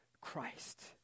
christ